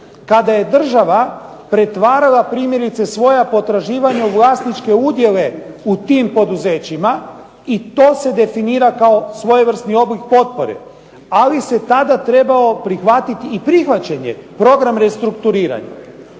kada je država pretvarala primjerice svoja potraživanja u vlasničke udjele u tim poduzećima i to se definira kao svojevrsni oblik potpore, ali se tada trebao prihvatiti i prihvaćen je program restrukturiranja.